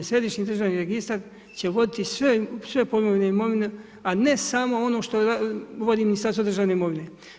Središnji državni registar će voditi sve pojmovne imovine, a ne samo ono što vodi Ministarstvo državne imovine.